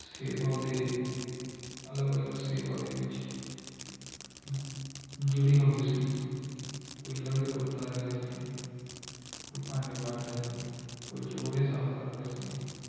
ਸੇਵਾ ਦੇ ਅਲੱਗ ਅਲੱਗ ਸੇਵਾ ਦੇ ਵਿੱਚ ਜੁੜੀ ਹੋਈ ਸੀ ਕੋਈ ਲੰਗਰ ਵਰਤਾ ਰਿਹਾ ਸੀ ਕੋਈ ਭਾਂਡੇ ਮਾਂਜ ਰਿਹਾ ਸੀ ਕੋਈ ਜੋੜੇ ਸਾਫ ਕਰ ਰਿਹਾ ਸੀ